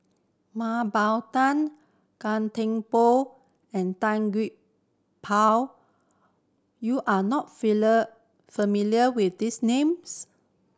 Mah Bow Tan Gan Thiam Poh and Tan Gee Paw you are not familiar with these names